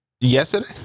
Yesterday